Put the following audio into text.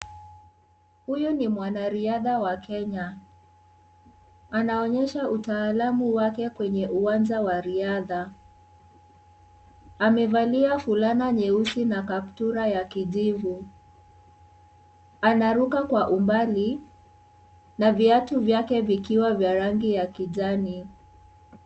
Huyu ni mwanariadha wa Kenya . Anaonyesha utaalamu wake kwenye uwanja wa riadha . Amevalia fulana nyeusi na kaptura ya kijivu . Anaruka kwa umbali na viatu vyake vikiwa vya rangi ya kijani.